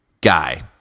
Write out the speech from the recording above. guy